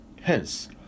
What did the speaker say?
Hence